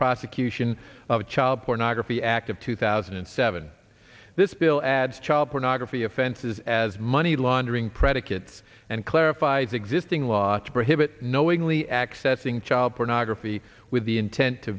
prosecution of child pornography act of two thousand and seven this bill adds child pornography offenses as money laundering predicates and clarify the existing law to prohibit knowingly accessing child pornography with the intent to